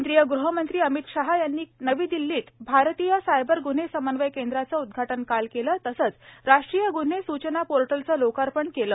केंद्रीय गृहमंत्री अभित शहा यांनी काल नवी दिल्लीत आरतीय सायबर गुन्हे समन्वय केंद्राचं उद्धाटन केलं तसंच राष्ट्रीय गुन्हे सूचना पोर्टलचं लोकार्पण केलं